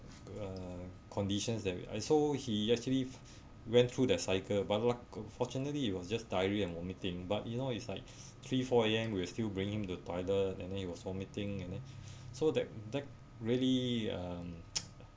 uh conditions that I so he actually went through the cycle but luck fortunately it was just diarrhea and vomiting but you know it's like three four A_M we still bring him the toilet and then it was vomiting and then so that that really um